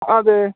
അതെ